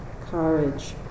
courage